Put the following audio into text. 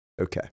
Okay